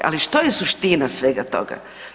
Ali što je suština svega toga?